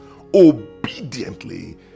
obediently